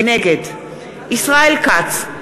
נגד ישראל כץ,